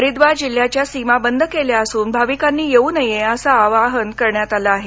हरिद्वार जिल्ह्याच्या सीमा बंद केल्या असून भाविकांनी येऊ नये असं आवाहन करण्यात आलं आहे